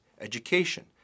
education